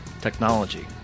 technology